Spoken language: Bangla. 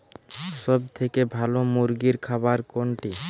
সবথেকে ভালো মুরগির খাবার কোনটি?